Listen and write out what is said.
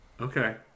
Okay